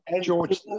George